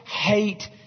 hate